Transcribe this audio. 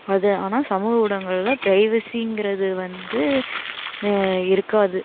அது ஆனால் சமூக ஊடங்களில் பிரைவசிங்கிறது வந்து இருக்காது